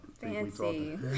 Fancy